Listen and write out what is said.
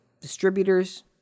distributors